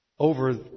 Over